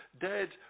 dead